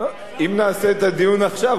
אם נעשה את הדיון עכשיו,